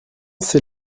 sait